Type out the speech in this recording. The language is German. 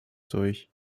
durch